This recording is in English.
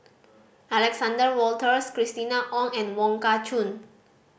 Alexander Wolters Christina Ong and Wong Kah Chun